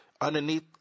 Underneath